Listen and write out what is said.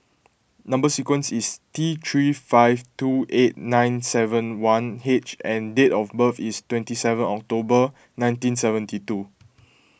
Number Sequence is T three five two eight nine seven one H and date of birth is twenty seven October nineteen seventy two